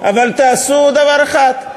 אבל תעשו דבר אחד: